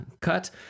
cut